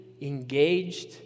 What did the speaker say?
engaged